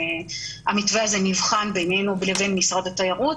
המתווה נבחן בינינו לבין משרד התיירות